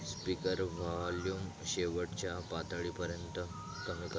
speaker volume शेवटच्या पातळीपर्यंत कमी कर